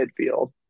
midfield